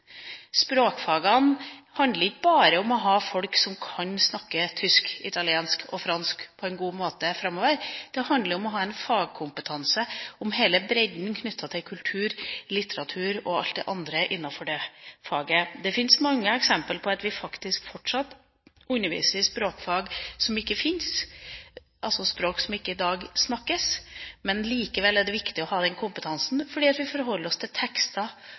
Språkfagene handler ikke bare om å ha folk som kan snakke tysk, italiensk og fransk på en god måte framover; det handler om å ha en fagkompetanse innen hele bredden av kultur, litteratur og alt det andre innenfor dette faget. Det fins mange eksempler på at vi faktisk fortsatt underviser i språk som ikke fins, altså språk som i dag ikke lenger snakkes, men det er likevel viktig å ha den kompetansen, fordi vi forholder oss historisk til